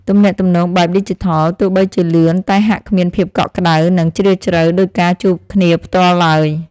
ទំនាក់ទំនងបែបឌីជីថលទោះបីជាលឿនតែហាក់គ្មានភាពកក់ក្តៅ និងជ្រាលជ្រៅដូចការជួបគ្នាផ្ទាល់ឡើយ។